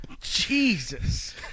Jesus